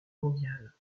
mondiale